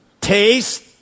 taste